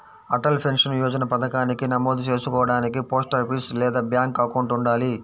Atal pension Yojana పథకానికి నమోదు చేసుకోడానికి పోస్టాఫీస్ లేదా బ్యాంక్ అకౌంట్ ఉండాలి